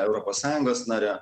europos sąjungos nare